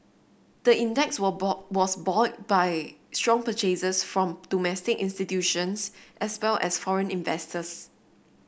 the index were buoyed by strong purchases from domestic institutions as well as foreign investors